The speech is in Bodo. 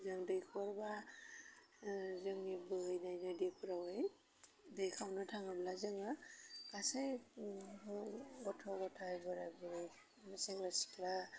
जों दैखरबा जोंनि बोहैनाय दैख'रावहाय दै खावनो थाङोब्ला जोङो गासै गथ' गथाय बोराइ बुरि सेंग्रा सिख्ला